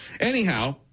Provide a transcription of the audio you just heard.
Anyhow